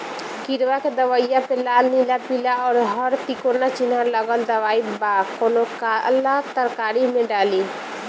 किड़वा के दवाईया प लाल नीला पीला और हर तिकोना चिनहा लगल दवाई बा कौन काला तरकारी मैं डाली?